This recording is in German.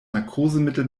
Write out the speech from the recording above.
narkosemittel